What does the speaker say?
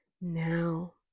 now